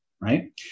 right